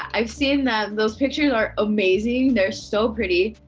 i've seen that. those pictures are amazing. they're so pretty.